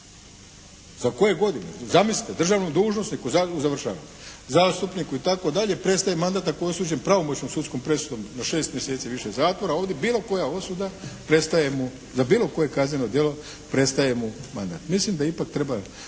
za koje godine, zamislite državnom dužnosniku završava, zastupniku itd. prestaje mandat ako je osuđen pravomoćnom sudskom presudom na 6 mjeseci i više zatvora, ovdje bilo koja osuda prestaje mu, za bilo koje kazneno djelo prestaje mu mandat. Mislim da ipak treba